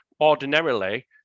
ordinarily